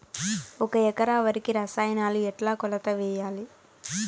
ఒక ఎకరా వరికి రసాయనాలు ఎట్లా కొలత వేయాలి?